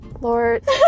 Lord